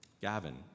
Gavin